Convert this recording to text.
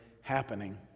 happening